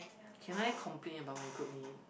can I complain about my group mate